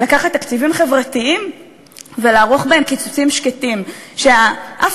כנ"ל לגבי תקצוב של משרדים בגירעון: משרד,